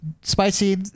Spicy